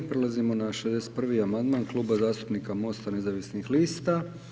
Prelazimo na 61. amandman Kluba zastupnika MOST-a nezavisnih lista.